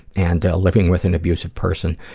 and living with an abusive person,